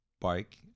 bike